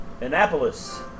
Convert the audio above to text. Annapolis